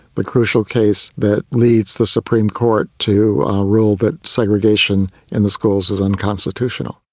but crucial case that leads the supreme court to rule that segregation in the schools is unconstitutional.